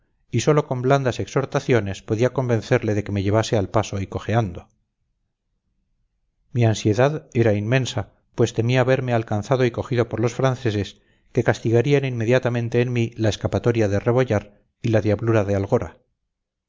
y sólo con blandas exhortaciones podía convencerle de que me llevase al paso y cojeando mi ansiedad era inmensa pues temía verme alcanzado y cogido por los franceses que castigarían inmediatamente en mí la escapatoria de rebollar y la diablura de algora